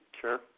Sure